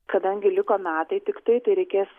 kadangi liko metai tiktai tai reikės